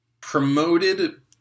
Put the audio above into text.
promoted